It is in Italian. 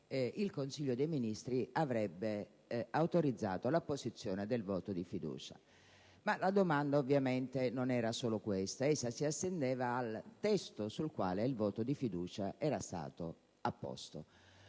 il Consiglio dei ministri avrebbe autorizzato l'apposizione del voto di fiducia. Ma la domanda ovviamente non era solo questa: si estendeva, infatti, anche al testo sul quale il voto di fiducia era stato apposto.